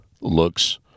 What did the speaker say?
looks